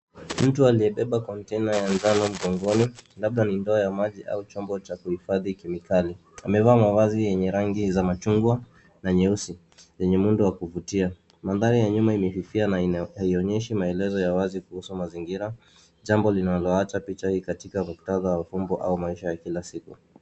Mtu aliyebeba kontena ya ndani mgongoni labda ni ndoo ya maji au chombo cha kuhifadhi kemikali. Amewaa mavazi yenye rangi za machungwa na nyeusi zenye muundo wa kuvutia. Mandhari ya nyuma imefifia na haionyesha maelezo ya wazi kuhusu mazingira, jambo linaloacha picha katika muktadha wa mafumbo au maisha ya kila siku.